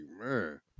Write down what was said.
man